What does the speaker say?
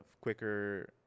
quicker